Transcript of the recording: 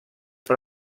per